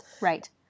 Right